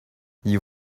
you